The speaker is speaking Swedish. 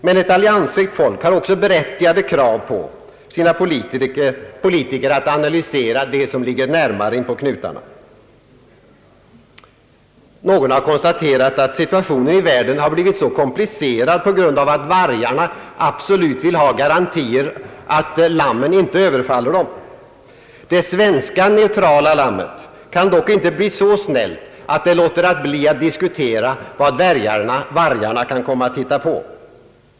Men ett alliansfritt folk har också berättigade krav på sina politiker att analysera det som ligger närmare inpå knutarna. Någon har konstaterat att situationen i världen har blivit så komplicerad på grund av att vargarna absolut vill ha garantier för att lammen inte överfaller dem. Det svenska neutrala lammet kan dock inte bli så snällt att det låter bli att diskutera vad vargarna kan komma att hitta på.